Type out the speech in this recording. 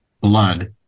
blood